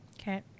Okay